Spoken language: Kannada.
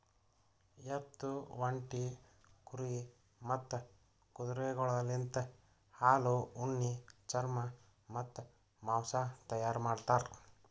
ಎತ್ತು, ಒಂಟಿ, ಕುರಿ ಮತ್ತ್ ಕುದುರೆಗೊಳಲಿಂತ್ ಹಾಲು, ಉಣ್ಣಿ, ಚರ್ಮ ಮತ್ತ್ ಮಾಂಸ ತೈಯಾರ್ ಮಾಡ್ತಾರ್